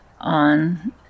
on